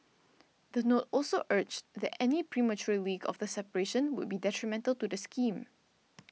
the note also urged that any premature leak of the separation would be detrimental to the scheme